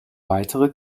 weitere